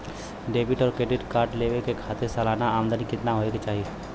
Debit और credit card लेवे के खातिर सलाना आमदनी कितना हो ये के चाही?